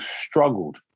struggled